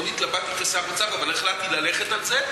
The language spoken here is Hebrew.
מאוד התלבטתי כשר האוצר אבל החלטתי ללכת על זה.